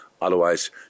otherwise